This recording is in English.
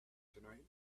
tonight